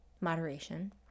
moderation